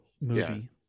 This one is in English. movie